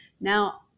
now